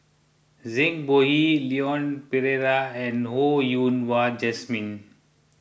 Zhang Bohe Leon Perera and Ho Yen Wah Jesmine